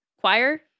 Choir